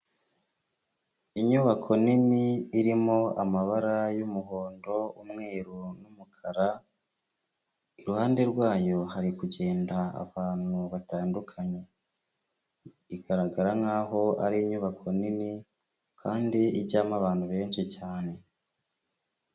Inyubako nini, irimo amabara y'umuhondo, umweru, n'umukara, iruhande rwayo hari kugenda abantu batandukanye, igaragara nk'aho ari inyubako nini, kandi ijyamo abantu benshi cyane.